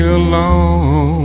alone